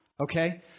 Okay